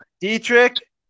Dietrich